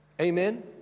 Amen